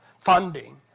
funding